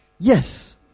Yes